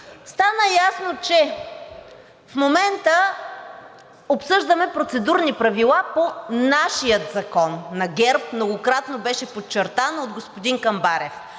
Стана ясно, че в момента обсъждаме процедурни правила по нашия закон – на ГЕРБ, многократно беше подчертано от господин Камбарев.